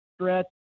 stretch